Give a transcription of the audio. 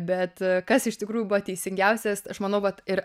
bet kas iš tikrųjų buvo teisingiausias aš manau vat ir